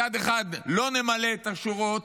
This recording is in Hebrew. מצד אחד לא נמלא את השורות,